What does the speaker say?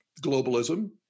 globalism